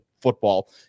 football